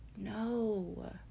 No